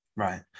Right